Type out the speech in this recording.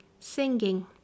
Singing